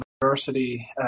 diversity